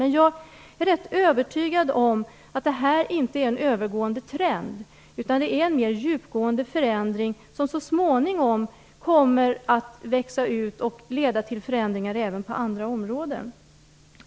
Men jag är ganska övertygad om att detta inte är en övergående trend utan att det är en mer djupgående förändring som så småningom kommer att växa ut och leda till förändringar även på andra områden.